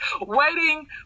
waiting